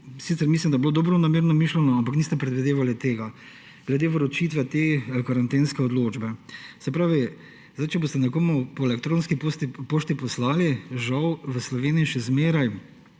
dali, mislim, da je bilo dobronamerno mišljeno, ampak niste predvidevali tega glede vročitve te karantenske odločbe. Se pravi, zdaj, če boste nekomu elektronski pošti poslali, žal v Sloveniji še vedno